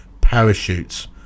parachutes